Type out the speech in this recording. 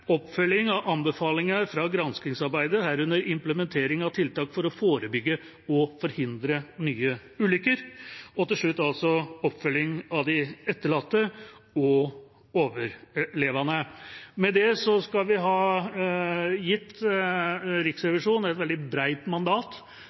Oppfølging av anbefalinger fra granskingsarbeidet, herunder implementering av tiltak for å forebygge og forhindre nye ulykker.» Og til slutt: «– Oppfølging av de etterlatte og overlevende.» Med det skal vi ha gitt